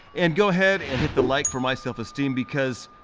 and go ahead and hit the like for my self esteem because,